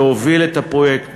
שהוביל את הפרויקט.